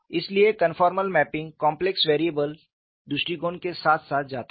इसलिए conformal mapping complex variables दृष्टिकोण के साथ साथ जाता है